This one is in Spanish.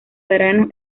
verano